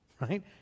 right